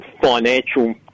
financial